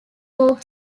walk